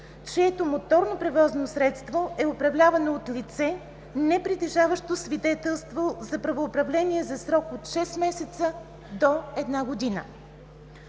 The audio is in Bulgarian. чието моторно превозно средство е управлявано от лице, непритежаващо свидетелство за правоуправление, за срок от шест месеца до една година.